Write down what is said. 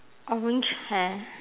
orange hair